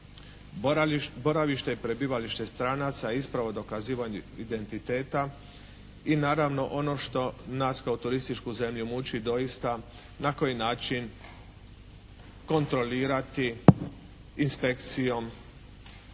Boravište i prebivalište stranaca, isprava o dokazivanju identiteta i naravno ono što nas kao turističku zemlju muči doista na koji način kontrolirati inspekcijom